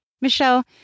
Michelle